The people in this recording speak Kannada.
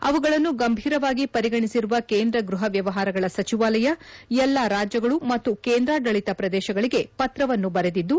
ಅವುಗಳನ್ನು ಗಂಭೀರವಾಗಿ ಪರಿಗಣಿಸಿರುವ ಕೇಂದ್ರ ಗೃಹ ವ್ವವಹಾರಗಳ ಸಚಿವಾಲಯ ಎಲ್ಲ ರಾಜ್ಯಗಳು ಮತ್ತು ಕೇಂದ್ರಾಡಳತ ಪ್ರದೇಶಗಳಿಗೆ ಪತ್ರವನ್ನು ಬರೆದಿದ್ದು